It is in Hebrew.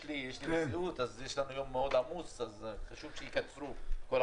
יש לנו יום מאוד עמוס אז חשוב שהחברות